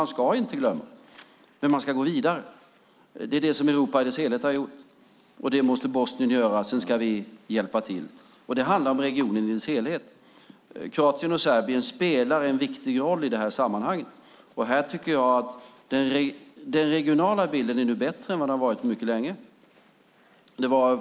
Man ska inte glömma, men man ska gå vidare. Det är det som Europa i dess helhet har gjort, och det måste även Bosnien göra. Vi ska hjälpa till. Det handlar om hela regionen, och i det sammanhanget spelar Kroatien och Serbien en viktig roll. Jag tycker att den regionala bilden nu är bättre än den varit på mycket länge.